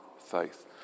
faith